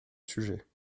sujet